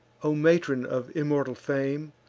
o matron of immortal fame,